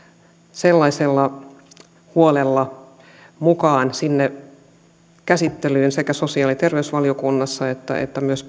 sellaisella huolella mukaan sinne käsittelyyn sekä sosiaali ja terveysvaliokunnassa että myös